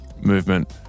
Movement